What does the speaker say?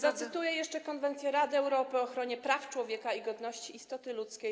Zacytuję jeszcze konwencję Rady Europy o ochronie praw człowieka i godności istoty ludzkiej.